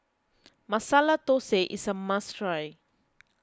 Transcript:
Masala Thosai is a must try